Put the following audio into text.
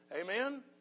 Amen